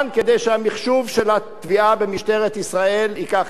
שהמחשוב של התביעה במשטרת ישראל ייקח את זה.